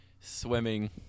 swimming